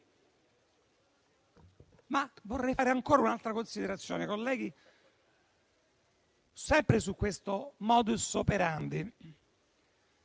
Vorrei fare ancora un'altra considerazione, colleghi, sempre su questo *modus operandi*.